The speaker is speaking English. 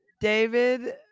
David